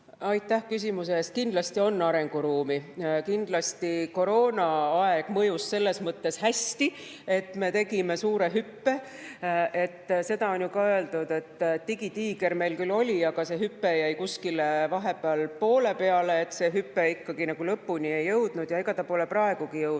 Aitäh küsimuse eest! Kindlasti on arenguruumi. Kindlasti koroonaaeg mõjus selles mõttes hästi, et me tegime suure [digi]hüppe. Seda on ju ka öeldud, et digitiiger meil küll oli, aga tema hüpe jäi kuskile poole peale, see hüpe ikkagi lõpuni ei jõudnud. Ja ega ta pole praegugi jõudnud. Ma